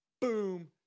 boom